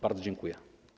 Bardzo dziękuję.